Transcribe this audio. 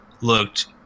looked